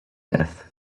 death